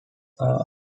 are